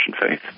faith